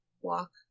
walk